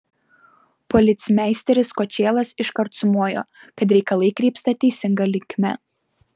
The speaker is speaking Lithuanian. policmeisteris kočėlas iškart sumojo kad reikalai krypsta teisinga linkme